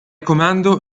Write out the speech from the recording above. comando